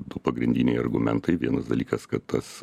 du pagrindiniai argumentai vienas dalykas kad tas